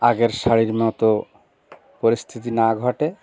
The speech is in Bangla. আগের শাড়ির মতো পরিস্থিতি না ঘটে